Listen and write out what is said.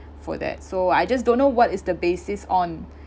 for that so I just don't know what is the basis on